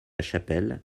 chapelle